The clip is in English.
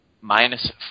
minus